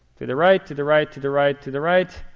to the right, to the right, to the right, to the right,